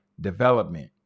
Development